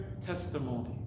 testimony